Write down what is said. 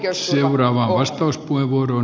arvoisa puhemies